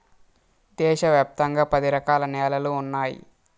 దేశ వ్యాప్తంగా పది రకాల న్యాలలు ఉన్నాయి